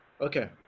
Okay